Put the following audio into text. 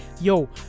yo